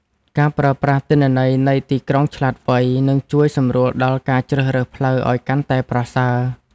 ការប្រើប្រាស់ទិន្នន័យនៃទីក្រុងឆ្លាតវៃ នឹងជួយសម្រួលដល់ការជ្រើសរើសផ្លូវឱ្យកាន់តែប្រសើរ។